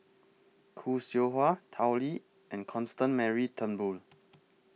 Khoo Seow Hwa Tao Li and Constance Mary Turnbull